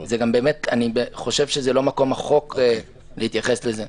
אני חושב שזה לא מקום החוק להתייחס לזה.